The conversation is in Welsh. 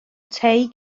tei